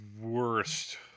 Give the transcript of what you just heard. worst